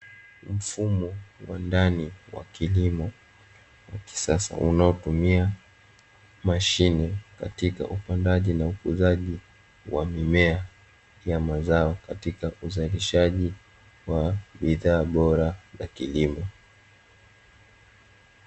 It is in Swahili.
Mfumo wa ndani wa kilimo wa kisasa, unaotumia mashine katika upandaji na ukuzaji wa mimea ya mazao, katika uzalishaji wa bidhaa bora za kilimo.